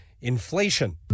inflation